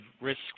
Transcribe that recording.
risk